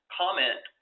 comment